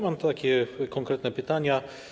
Mam takie konkretne pytania.